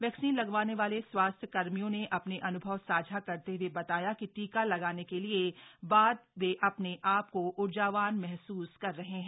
vaccine लगवाने वाले स्वास्थ्य कार्मियों ने अपने अनुभव साझा करते हुए बताया कि टीका लगाने के बाद वे अपने आप को ऊर्जावान महसूस कर रहे हैं